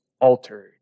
altered